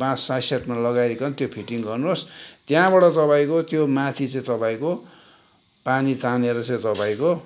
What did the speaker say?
बाँस साइड साइडमा लगाइकन त्यो फिटिङ गर्नुहोस् त्यहाँबाट तपाईँको त्यो माथि चाहिँ तपाईँको पानी तानेर चाहिँ तपाईँको